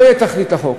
לא תהיה תכלית לחוק.